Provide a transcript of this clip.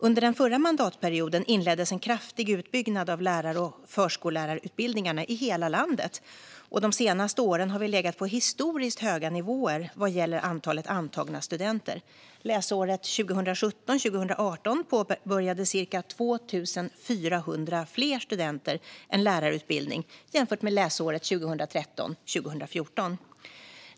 Under den förra mandatperioden inleddes en kraftig utbyggnad av lärar och förskollärarutbildningarna i hela landet, och de senaste åren har vi legat på historiskt höga nivåer vad gäller antalet antagna studenter. Läsåret 2017-2018 påbörjade ca 2 400 fler studenter en lärarutbildning jämfört med läsåret 2013-2014.